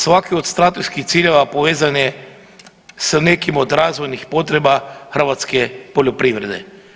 Svaki od strateških ciljeva povezan je s nekim od razvojnih potreba hrvatske poljoprivrede.